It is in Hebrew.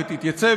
תודה רבה.